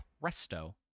Presto